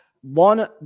One